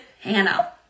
Hannah